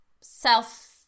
self